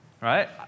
right